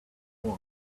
was